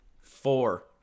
Four